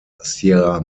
sierra